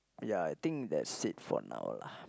ya I think that's it for now lah